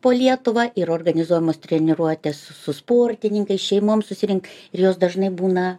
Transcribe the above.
po lietuvą ir organizuojamos treniruotės s su sportininkais šeimom susirinkt ir jos dažnai būna